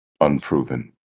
unproven